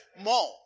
More